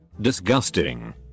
disgusting